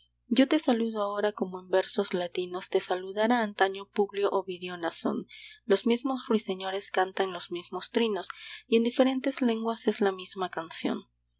yo te saludo ahora como en versos latinos te saludara antaño publio ovidio nasón los mismos ruiseñores cantan los mismos trinos y en diferentes lenguas es la misma canción